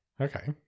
Okay